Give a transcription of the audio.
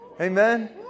Amen